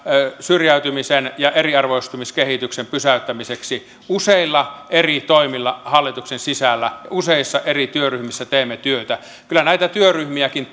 syrjäytymisen ja eriarvoistumiskehityksen pysäyttämiseksi useilla eri toimilla hallituksen sisällä useissa eri työryhmissä teemme työtä kyllä näitä työryhmiäkin